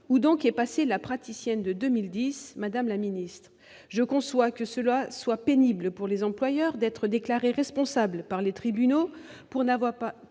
Où donc est passée la praticienne de 2010, madame la ministre ? Je conçois qu'il soit pénible, pour les employeurs, d'être déclarés responsables par les tribunaux pour n'avoir pas